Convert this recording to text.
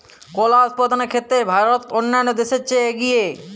কলা উৎপাদনের ক্ষেত্রে ভারত অন্যান্য দেশের চেয়ে এগিয়ে